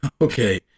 Okay